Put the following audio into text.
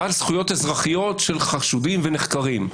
ועל זכויות אזרחיות של חשודים ונחקרים.